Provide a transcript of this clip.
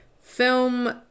Film